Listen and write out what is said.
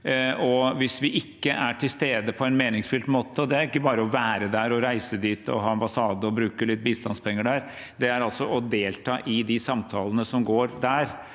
Hvis vi ikke er til stede på en meningsfylt måte – og det er ikke bare å være der, reise dit, ha ambassade og bruke litt bistandspenger der, men det er å delta i de samtalene som går der